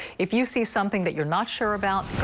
if you see something that you are not sure about,